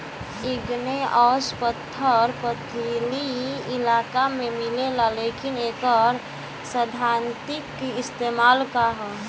Igneous पत्थर पथरीली इलाका में मिलेला लेकिन एकर सैद्धांतिक इस्तेमाल का ह?